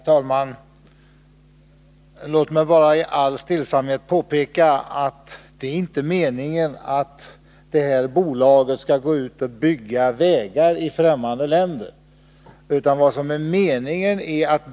Herr talman! Låt mig bara i all stillsamhet påpeka att det inte är meningen att det här bolaget skall bygga vägar i fftämmande länder.